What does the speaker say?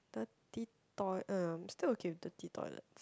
dirty toi~ uh I'm still okay with dirty toilets